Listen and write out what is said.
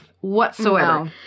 whatsoever